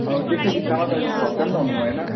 अब त्यसै बिच्चामा तपाईँको खर्च पनि त हुनुभएन